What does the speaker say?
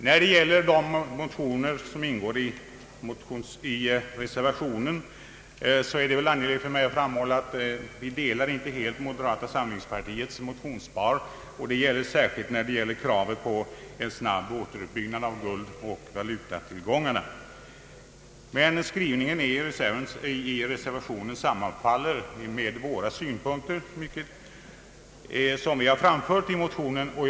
När det gäller de motioner som berörs i reservationen är det angeläget för mig att framhålla att vi inte helt instämmer i kravet i moderata samlingspartiets motionspar, särskilt vad beträffar en snabb återuppbyggnad av guldoch valutatillgångarna. Skrivningen i reservationen sammanfaller dock med de synpunkter som vi framfört motionsvis.